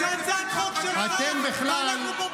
זאת הצעת חוק שלך, ואנחנו פופוליסטיים.